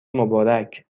مبارک